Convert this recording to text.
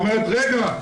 היא אומרת: רגע,